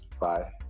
Bye